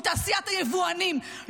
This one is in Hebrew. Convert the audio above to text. עם תעשיית היבואנים.